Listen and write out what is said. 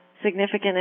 significant